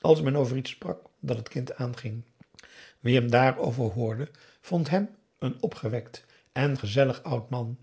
als men over iets sprak dat het kind aanging wie hem daarover hoorde vond hem een opgewekt en gezellig oud man